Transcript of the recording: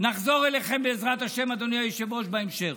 נחזור אליכם, בעזרת השם, אדוני היושב-ראש, בהמשך.